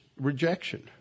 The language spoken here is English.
rejection